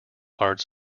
arts